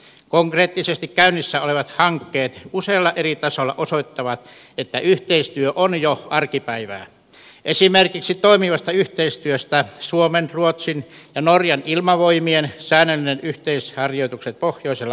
konkreettisesti käynnissä olevat hankkeet usealla eri tasolla osoittavat että yhteistyö on jo arkipäivää esimerkiksi toimivasta yhteistyöstä suomen ruotsin ja norjan ilmavoimien säännölliset yhteisharjoitukset pohjoisilla alueilla